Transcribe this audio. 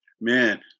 man